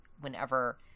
whenever